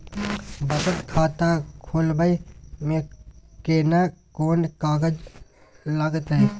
बचत खाता खोलबै में केना कोन कागज लागतै?